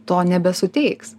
to nebesuteiks